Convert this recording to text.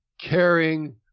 caring